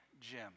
Jim